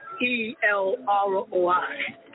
E-L-R-O-I